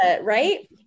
right